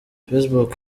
facebook